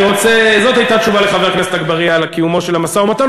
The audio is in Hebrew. זו הייתה תשובה לחבר הכנסת אגבאריה על קיומו של המשא-ומתן,